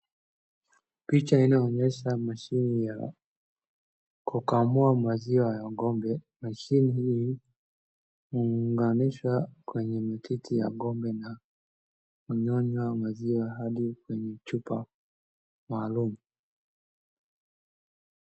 Picha inaonyesha mashini ya kukamua maziwa ya ng`ombe . Mashini hii imeunganishwa kwenye matiti ya ng`ombe na kunyonya maziwa hadi kwenye chupa maalum.